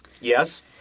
Yes